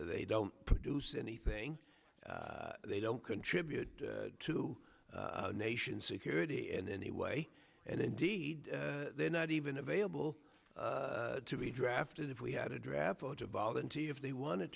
they don't produce anything they don't contribute to the nation security and anyway and indeed they're not even available to be drafted if we had a draft or to volunteer if they wanted